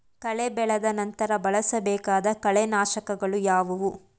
ಕಳೆ ಬೆಳೆದ ನಂತರ ಬಳಸಬೇಕಾದ ಕಳೆನಾಶಕಗಳು ಯಾವುವು?